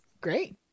Great